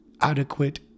adequate